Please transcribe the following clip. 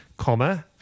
comma